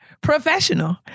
professional